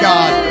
God